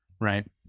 right